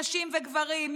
נשים וגברים,